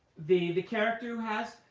the the character who has,